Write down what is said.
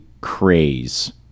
craze